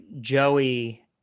Joey